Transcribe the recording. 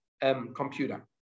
computer